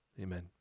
Amen